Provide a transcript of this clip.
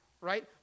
right